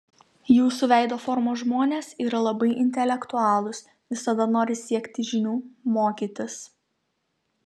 jūsų veido formos žmonės yra labai intelektualūs visada nori siekti žinių mokytis